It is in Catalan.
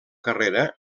carrera